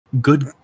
good